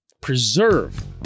preserve